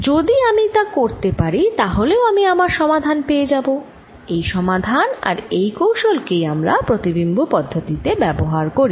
যদি আমি তা করতে পারি তাহলেও আমি আমার সমাধান পেয়ে যাব এই সমাধান আর এই কৌশল কেই আমরা প্রতিবিম্ব পদ্ধতি তে ব্যবহার করি